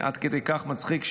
עד כדי כך מצחיק,